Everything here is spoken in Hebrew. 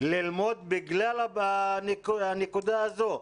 ללמוד בגלל הנקודה הזאת.